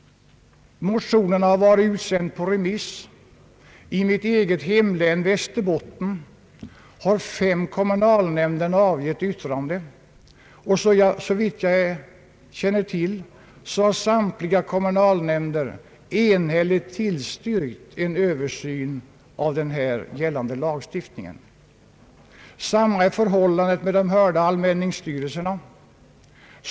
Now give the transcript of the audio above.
Motionerna har varit utsända på re miss. I mitt eget hemlän, Västerbottens län, har fem kommunalnämnder avgett yttrande. Såvitt jag känner till har samtliga kommunalnämnder enhälligt tillstyrkt en översyn av gällande lagstiftning. Samma är förhållandet med de hörda allmänningsstyrelserna.